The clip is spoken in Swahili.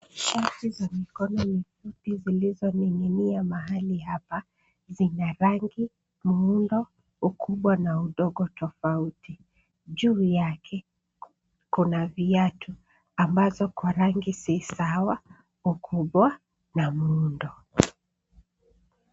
Shati za mikono mifupi zilizoning'inia mahali hapa zina rangi, muundo, ukubwa na udogo tofauti, juu yake kuna viatu ambazo kwa rangi si sawa, ukubwa na muundo.